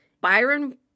byron